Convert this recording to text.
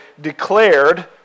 declared